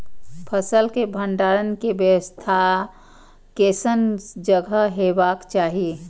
फसल के भंडारण के व्यवस्था केसन जगह हेबाक चाही?